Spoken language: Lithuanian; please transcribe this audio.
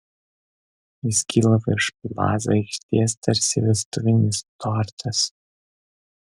jis kyla virš plaza aikštės tarsi vestuvinis tortas